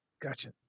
Gotcha